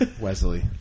Wesley